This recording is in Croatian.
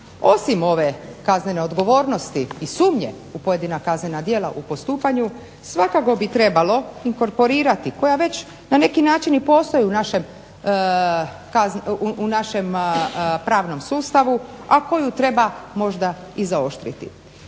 Osim ovdje kaznene odgovornosti i sumnje u pojedina kaznena djela u postupanju svakako bi trebalo inkorporirati koja već na neki način postoje u našem pravnom sustavu a koju treba možda i zaoštriti.